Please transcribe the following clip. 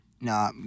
No